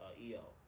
EO